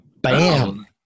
Bam